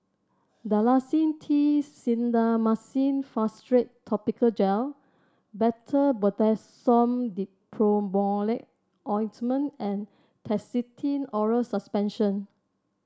Dalacin T Clindamycin Phosphate Topical Gel Betamethasone Dipropionate Ointment and Nystatin Oral Suspension